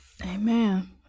Amen